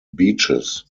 beaches